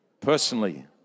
Personally